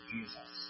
Jesus